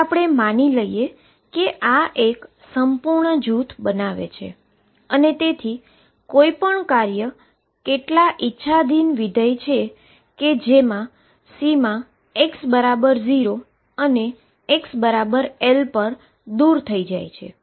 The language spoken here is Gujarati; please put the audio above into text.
હવે આપણે માની લઈએ કે આ એક સંપૂર્ણ સેટ બનાવે છે અને તેથી કોઈપણ ફંક્શન કેટલાક આર્બીટરી ફંક્શન કે જેમા બાઉન્ડ્રી x 0 અને x L પર દુર થઈ જાય છે